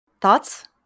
Thoughts